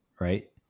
right